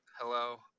Hello